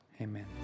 Amen